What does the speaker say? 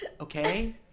Okay